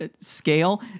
scale